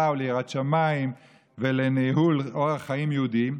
וליראת שמיים ולניהול אורח חיים יהודי,